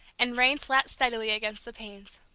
and rain slapped steadily against the panes.